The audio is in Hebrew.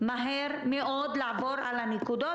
לעבור מהר מאוד על הנקודות,